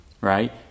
right